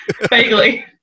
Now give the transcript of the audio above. Vaguely